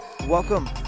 Welcome